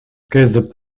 ксдп